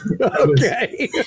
Okay